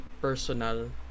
personal